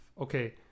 Okay